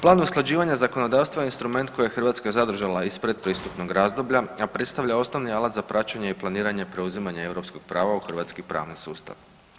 Plan usklađivanja zakonodavstva je instrument koji je Hrvatska zadržala iz predpristupnog razdoblja, a predstavlja osnovni alat za praćenje i planiranje, preuzimanje europskog prava u hrvatski pravni sustav.